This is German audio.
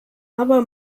aber